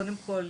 קודם כול,